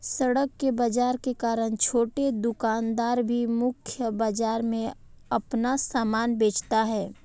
सड़क के बाजार के कारण छोटे दुकानदार भी मुख्य बाजार में अपना सामान बेचता है